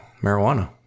marijuana